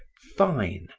fine,